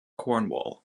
cornwall